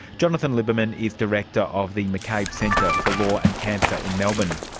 jonathan liberman is director of the mccabe centre for law and cancer in melbourne.